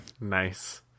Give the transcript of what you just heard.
nice